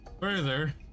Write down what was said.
further